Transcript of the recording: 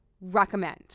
recommend